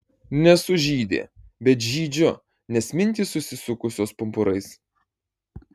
nesu žydė bet žydžiu nes mintys susisukusios pumpurais